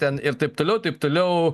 ten ir taip toliau taip toliau